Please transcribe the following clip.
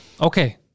Okay